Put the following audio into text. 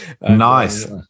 Nice